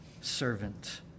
servant